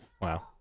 Wow